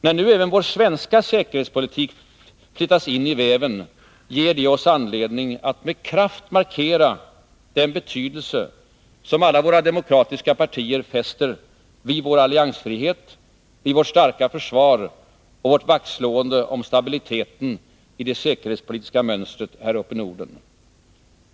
När nu även vår svenska säkerhetspolitik flätas in i väven, ger det oss anledning att med kraft markera den betydelse som alla våra demokratiska partier fäster vid vår alliansfrihet, vårt starka försvar och vårt vaktslående om stabiliteten i det säkerhetspolitiska mönstret här uppe i Norden.